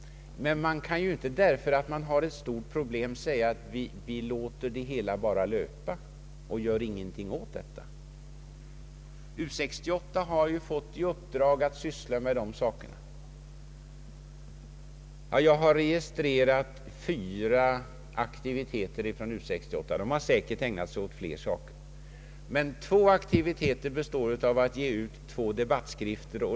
Men bara därför att vi står inför ett stort problem kan vi inte låta utvecklingen löpa sin egen väg utan att göra någonting åt den. U 68 har ju fått i uppdrag att syssla med hithörande frågor. Jag har registrerat fyra aktiviteter från U 68, men utredningen har säkerligen ägnat sig åt flera. Två av dessa aktiviteter har bestått i utgivandet av två debattskrifter.